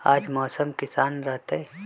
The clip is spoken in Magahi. आज मौसम किसान रहतै?